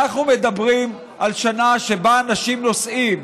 אנחנו מדברים על שנה שבה אנשים נוסעים.